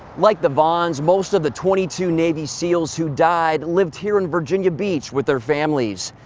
like the vaughns, most of the twenty two navy seals who died lived here in virginia beach with their families.